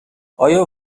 آیا